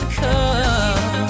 come